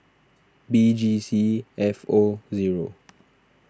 B G C F O zero